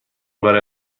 برای